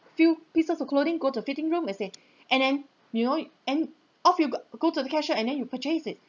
few pieces of clothing go to fitting room and say and then you know and off you go go to the cashier and then you purchase it